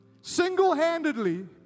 single-handedly